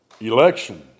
election